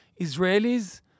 Israelis